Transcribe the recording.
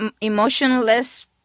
emotionless